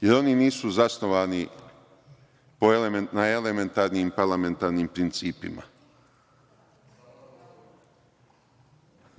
jer oni nisu zasnovani na elementarnim parlamentarnim principima.